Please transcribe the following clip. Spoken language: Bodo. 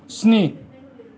सिनि